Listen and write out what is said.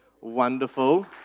Wonderful